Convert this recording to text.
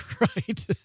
Right